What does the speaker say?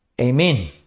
Amen